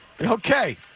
Okay